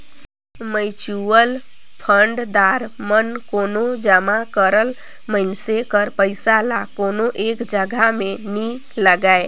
mutual fund दार मन कोनो जमा करल मइनसे कर पइसा ल कोनो एक जगहा में नी लगांए